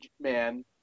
man